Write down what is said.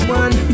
one